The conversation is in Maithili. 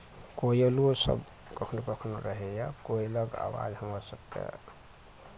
कोयलोसभ कखनहु कखनहु रहैए कोयलक आवाज हमरा सभकेँ